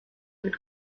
mit